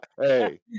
hey